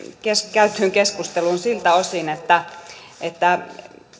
käytyyn keskusteluun siltä osin että